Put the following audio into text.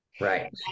Right